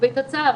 למרבית הצער,